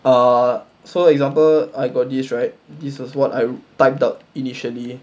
err so example I got this right this was what I typed out initially